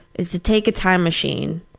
is to take a time machine